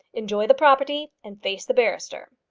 enjoy the property, and face the barrister.